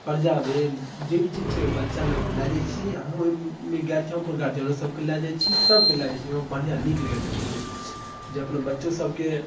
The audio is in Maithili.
प्रजा भेल जे भी चीज छै बच्चा लोगके लए जाइत छी आ हमहुँ ओहिमे गेल छी हम अपन गर्जियनो सबके लऽ जाइत छी सबके लऽ जाइत छी हमरा बढ़िआँ नीक लागैए देखैमे जे अपन बच्चो सबके